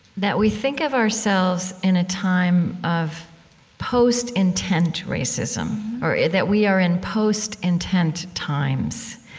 that we think of ourselves in a time of post-intent racism, or that we are in post-intent times.